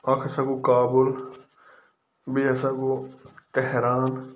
اکھ ہسا گوٚو کابُل بیٚیہِ ہَسا گوٚو تہران